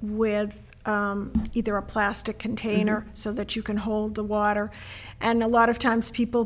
with either a plastic container so that you can hold the water and a lot of times people